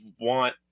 want